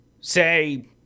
say